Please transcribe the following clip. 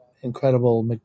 incredible